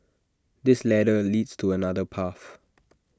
this ladder leads to another path